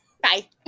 Bye